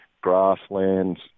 grasslands